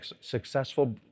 successful